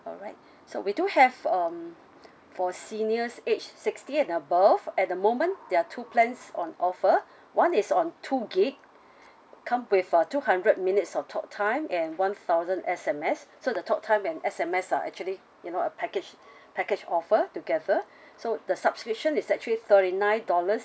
alright so we do have um for seniors age sixty and above at the moment there are two plans on offer one is on two gig come with uh two hundred minutes of talk time and one thousand S_M_S so the talk time and S_M_S are actually you know a package package offer together so the subscription is actually thirty nine dollars